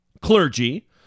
clergy